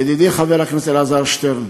ידידי חבר הכנסת אלעזר שטרן,